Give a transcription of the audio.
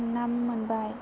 नाम मोनबाय